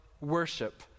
worship